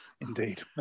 Indeed